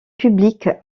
publique